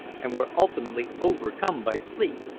and were ultimately overcome by sleep.